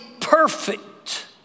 perfect